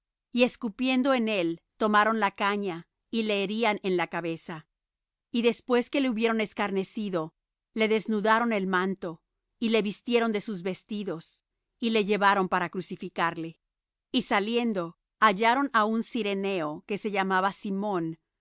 y escupiendo en él tomaron la caña y le herían en la cabeza y después que le hubieron escarnecido le desnudaron el manto y le vistieron de sus vestidos y le llevaron para crucificarle y saliendo hallaron á un cireneo que se llamaba simón